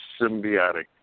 symbiotic